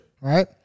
right